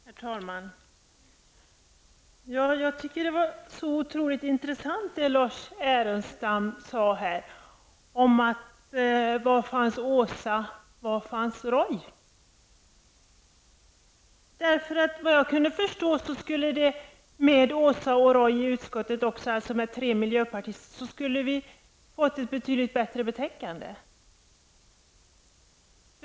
Herr talman! Jag tycker att det Lars Ernestam sade här om var Åsa Domeij och Roy Ottosson fanns var så otroligt intressant. Vad jag kan förstå skulle det innebära att med Åsa Domeij och Roy Ottosson i utskottet, dvs. tre miljöpartister, skulle det ha blivit ett betydligt bättre betänkande.